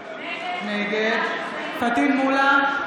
נגד פטין מולא,